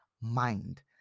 mind